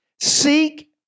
Seek